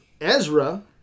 Ezra